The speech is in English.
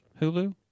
Hulu